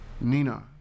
Nina